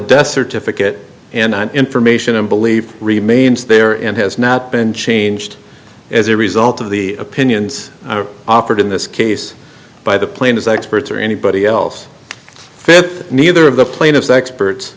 death certificate and information and believe remains there and has not been changed as a result of the opinions offered in this case by the plane as experts or anybody else fifth neither of the plaintiff's experts